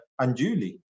unduly